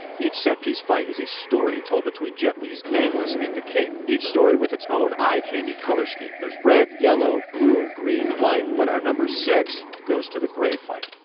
each set piece fight is a story told between jet lee's nameless and the king. each story with it's own eye candy color scheme. there's red, yellow, blue, green, white. but our number six goes to the gray fight.